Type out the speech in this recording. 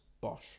Bosch